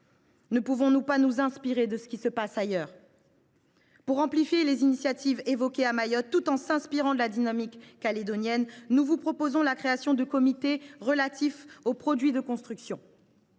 Ne pourrions nous pas nous inspirer de ce qui fonctionne ailleurs ? Pour amplifier les initiatives prises à Mayotte, tout en nous inspirant de la dynamique néo calédonienne, nous vous proposons de créer des comités relatifs aux produits de construction.